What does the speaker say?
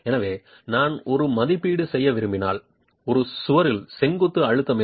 எனவே நான் ஒரு மதிப்பீடு செய்ய விரும்பினால் ஒரு சுவரில் செங்குத்து அழுத்தம் என்ன